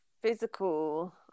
physical